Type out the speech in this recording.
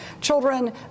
children